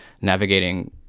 navigating